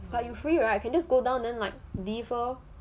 but you free right you can just go down then like leave lor